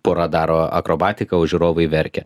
pora daro akrobatiką o žiūrovai verkia